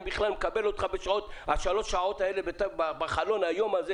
אם הוא בכלל מקבל אותך בשלוש שעות שיש לו בחלון היום הזה.